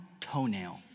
toenail